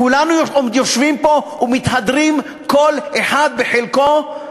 כולנו יושבים פה ומתהדרים כל אחד בחלקו,